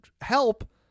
help